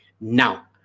Now